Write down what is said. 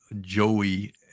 Joey